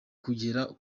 kugera